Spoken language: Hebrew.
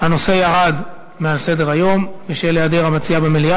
הנושא ירד מעל סדר-היום בשל היעדר המציע במליאה.